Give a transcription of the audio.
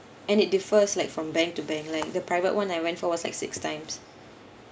and it differs like from bank to bank like the private one I went for was like six times